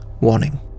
warning